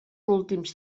últims